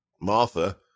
Martha